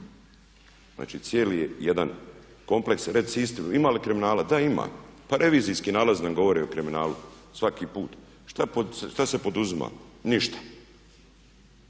Znači, cijeli jedan kompleks. Recimo u Istri, ima li kriminala? Da ima. Pa revizijski nalaz nam govori o kriminalu svaki put. Šta se poduzima? Ništa.